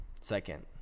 Second